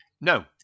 No